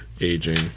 aging